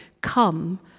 come